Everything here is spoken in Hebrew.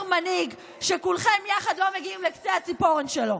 מנהיג שכולכם יחד לא מגיעים לקצה הציפורן שלו?